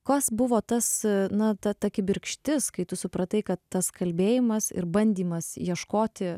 koks buvo tas na ta kibirkštis kai tu supratai kad tas kalbėjimas ir bandymas ieškoti